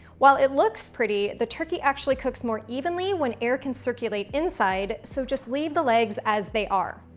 while it looks pretty, the turkey actually cooks more evenly when air can circulate inside. so just leave the legs as they are.